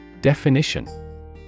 Definition